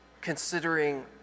considering